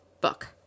book